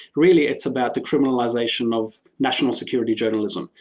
really, it's about the criminalization of national security journalism.